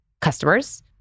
customers